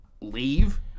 leave